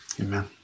Amen